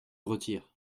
retire